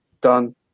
done